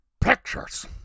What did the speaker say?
pictures